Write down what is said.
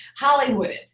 Hollywooded